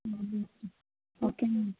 okay madam